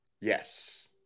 Yes